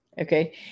Okay